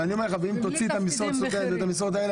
ואם תוציא את משרות הסטודנט ואת המשרות האלה,